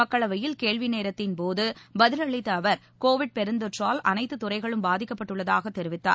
மக்களவையில் கேள்வி நேரத்தின்போது பதில் அளித்த அவர் கோவிட் பெருந்தொற்றால் அனைத்து துறைகளும் பாதிக்கப்பட்டுள்ளதாக தெரிவித்தார்